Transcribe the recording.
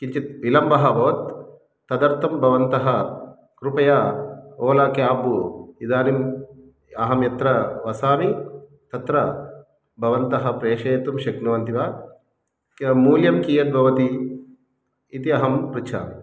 किञ्चित् विलम्बः अभवत् तदर्थं भवन्तः कृपया ओला काब् इदानीम् अहं यत्र वसामि तत्र भवन्तः प्रेषयितुं शक्नुवन्ति वा क् इदं मूल्यं कियद् भवति इति अहं पृच्छामि